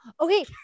okay